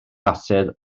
glasur